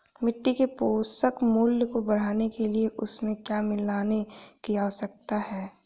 मिट्टी के पोषक मूल्य को बढ़ाने के लिए उसमें क्या मिलाने की आवश्यकता है?